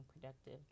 productive